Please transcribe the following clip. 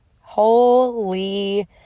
Holy